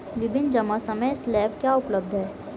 विभिन्न जमा समय स्लैब क्या उपलब्ध हैं?